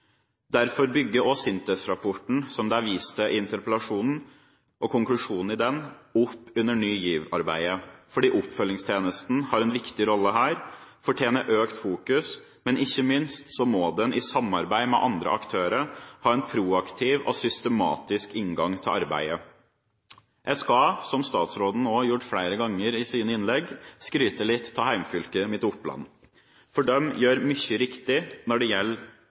Derfor bygger også SINTEF-rapporten, som det er vist til i interpellasjonen – og konklusjonen i den – opp under Ny GIV-arbeidet. Oppfølgingstjenesten har en viktig rolle her, den fortjener økt fokus, og ikke minst må den i samarbeid med andre aktører ha en proaktiv og systematisk inngang til arbeidet. Jeg skal – som statsråden også har gjort flere ganger i sine innlegg – skryte litt av hjemfylket mitt, Oppland. De gjør mye riktig